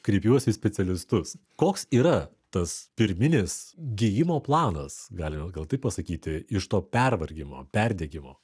kreipiausi į specialistus koks yra tas pirminis gyjimo planas galima gal taip pasakyti iš to pervargimo perdegimo